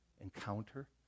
Encounter